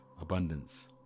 abundance